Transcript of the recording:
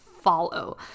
follow